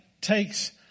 takes